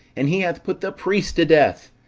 and he hath put the priests to death.